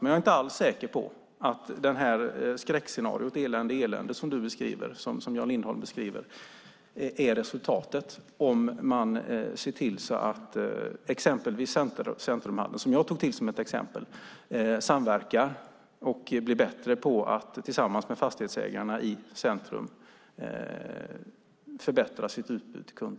Men jag är inte alls säker på att det skräckscenario - elände, elände - som Jan Lindholm beskriver är resultatet om man ser till att exempelvis centrumhandeln, som jag tog som ett exempel, blir bättre på att samverka med fastighetsägarna i centrum och förbättra sitt utbud till kunderna.